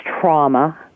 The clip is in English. trauma